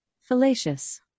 Fallacious